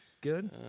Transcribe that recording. good